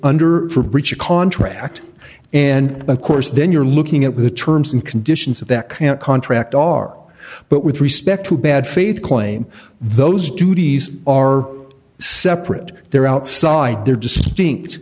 under for breach of contract and of course then you're looking at the terms and conditions of that can't contract are but with respect to bad faith claim those duties are separate they're outside their distinct